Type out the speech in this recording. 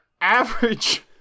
average